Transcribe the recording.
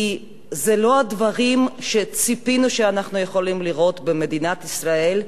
כי אלה לא הדברים שציפינו שנראה במדינת ישראל,